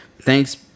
thanks